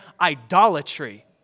idolatry